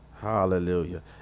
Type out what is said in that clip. Hallelujah